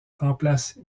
remplace